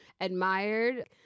admired